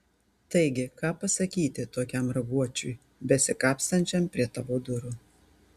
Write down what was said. taigi ką pasakyti tokiam raguočiui besikapstančiam prie tavo durų